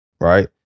right